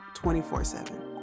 24-7